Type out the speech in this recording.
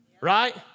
right